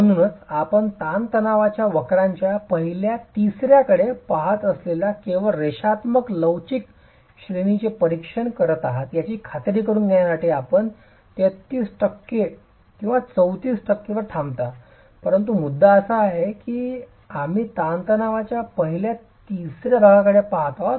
म्हणूनच आपण ताणतणावाच्या वक्रयाच्या पहिल्या तिसर्याकडे पहात असलेल्या केवळ रेषात्मक लवचिक श्रेणीचे परीक्षण करत आहात याची खात्री करुन घेण्यासाठी आपण 33 टक्के 34 टक्के वर थांबता परंतु मुद्दा असा आहे की आम्ही ताणतणावाच्या पहिल्या तिसर्या भागाकडे पहात आहोत